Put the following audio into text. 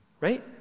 Right